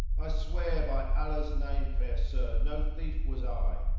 i swear by allah's name, fair sir! no thief was i,